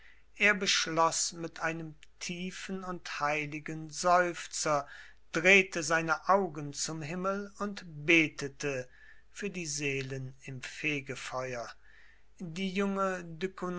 er beschloß mit einem tiefen und heiligen seufzer drehte seine augen zum himmel und betete für die seelen im fegfeuer die junge